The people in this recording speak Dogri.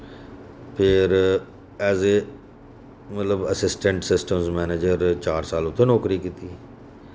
फिर एस ए मतलब असिस्टेंट सिस्टम मैनेजर चार साल उत्थै नौकरी कीती